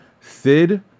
Sid